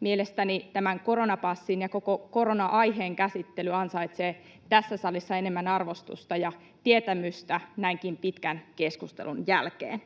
Mielestäni tämän koronapassin ja koko korona-aiheen käsittely ansaitsee tässä salissa enemmän arvostusta ja tietämystä näinkin pitkän keskustelun jälkeen.